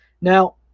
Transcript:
Now